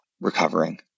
recovering